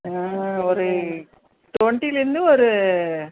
ஒரு டொண்ட்டிலந்து ஒரு